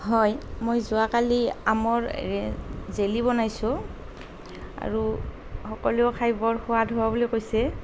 হয় মই যোৱাকালি আমৰ জেলি বনাইছোঁ আৰু সকলোৱে খাই বৰ সোৱাদ হোৱা বুলি কৈছে